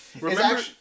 Remember